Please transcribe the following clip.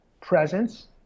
presence